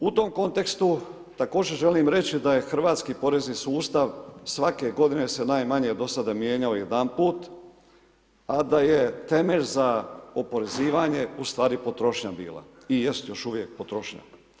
U tom kontekstu također želim reći da je hrvatski porezni sustav svake godine se najmanje do sada mijenjao jedanput, a da je temelj za oporezivanje u stvari potrošnja bila i jest još uvijek potrošnja.